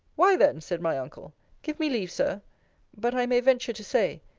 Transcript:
why then, said my uncle give me leave, sir but i may venture to say,